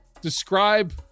describe